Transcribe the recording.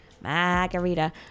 Margarita